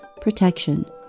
protection